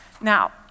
Now